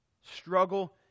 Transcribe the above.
struggle